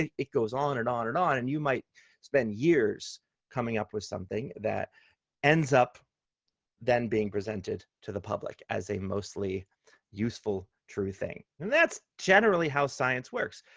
it goes on and on and on. and you might spend years coming up with something that ends up then being presented to the public as a mostly useful, true thing. that's generally how science works.